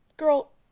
Girl